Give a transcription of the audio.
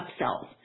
upsells